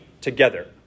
together